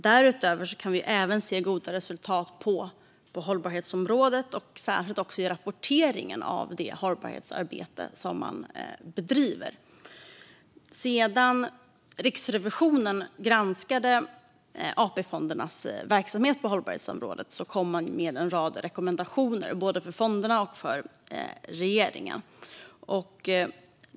Därutöver kan vi även se goda resultat på hållbarhetsområdet, särskilt också i rapporteringen av det hållbarhetsarbete som man bedriver. När Riksrevisionen granskade AP-fondernas verksamhet på hållbarhetsområdet kom man med en rad rekommendationer, både för fonderna och för regeringen.